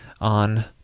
on